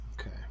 Okay